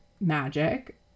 Magic